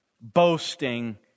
boasting